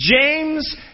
James